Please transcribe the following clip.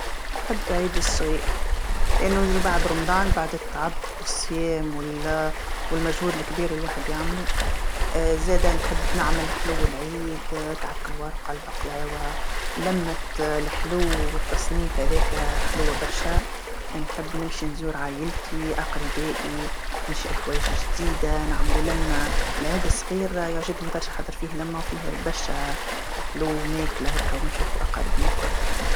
نحب عيد الصغير، لأنو يجي بعد رمضان بعد التعب والصيام وال- والمجهود الكبير اللي الواحد يعملو، زاده نحب نعمل حلو العيد، كعك الورقه، البقلاوه، لمة الحلو والتصنيف هذاكا حلوه برشا، نحب نمشي نزور عايلتي، أقربائي نشري حوايج جديدة نعملو لمه، العيد الصغير يعجبني برشا خاطر فيه لمه وفيه برشا حلو وماكله هاكا ونشوفو أقاربنا الكل.